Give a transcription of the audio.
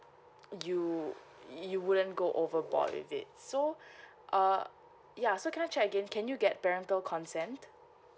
you you wouldn't go overboard with it so uh ya so can I check again can you get parental consent